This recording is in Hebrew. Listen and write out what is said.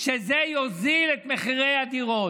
שזה יוריד את מחירי הדירות.